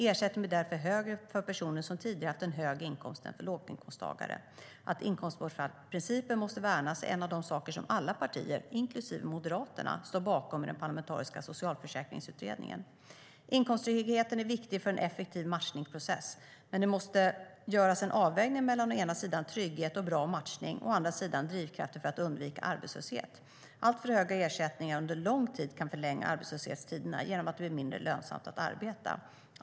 Ersättningen blir därför högre för personer som tidigare haft en hög inkomst än för låginkomsttagare. Att inkomstbortfallsprincipen måste värnas är en av de saker som alla partier, inklusive Moderaterna, står bakom i den parlamentariska Socialförsäkringsutredningen. Inkomsttryggheten är viktig för en effektiv matchningsprocess. Men det måste göras en avvägning mellan å ena sidan trygghet och bra matchning och å andra sidan drivkrafter för att undvika arbetslöshet. Alltför höga ersättningar under lång tid kan förlänga arbetslöshetstiderna genom att det blir mindre lönsamt att arbeta.